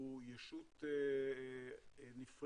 הוא ישות נפרדת